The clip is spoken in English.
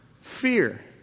Fear